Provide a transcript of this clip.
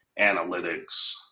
analytics